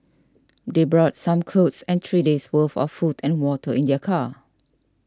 they brought some clothes and three days' worth of food and water in their car